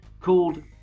called